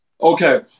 Okay